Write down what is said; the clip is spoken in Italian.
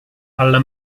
alla